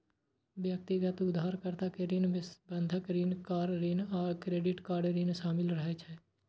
व्यक्तिगत उधारकर्ता के ऋण मे बंधक ऋण, कार ऋण आ क्रेडिट कार्ड ऋण शामिल रहै छै